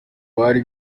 bari